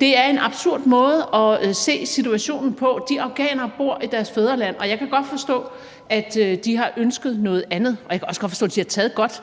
Det er en absurd måde at se situationen på. De afghanere bor i deres fædreland, og jeg kan godt forstå, at de har ønsket noget andet, og jeg kan også godt forstå, at de har taget et godt